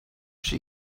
she